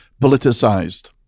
politicized